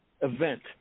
event